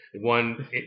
one